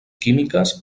químiques